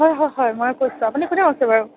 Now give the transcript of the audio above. হয় হয় হয় ময়েই কৈছোঁ আপুনি কোনে কৈছে বাৰু